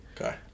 Okay